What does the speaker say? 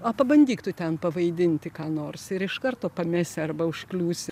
a pabandyk tu ten pavaidinti ką nors ir iš karto pamesi arba užkliūsi